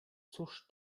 cóż